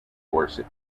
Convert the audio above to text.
dorset